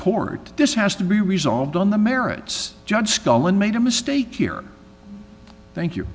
court this has to be resolved on the merits judge scullin made a mistake here thank you